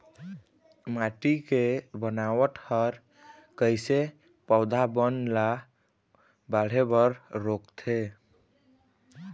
माटी के बनावट हर कइसे पौधा बन ला बाढ़े बर रोकथे?